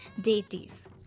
deities